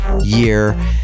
year